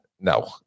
No